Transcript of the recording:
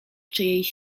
czyjejś